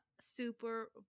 super